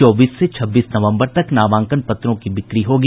चौबीस से छब्बीस नवम्बर तक नामांकन पत्रों की बिक्री होगी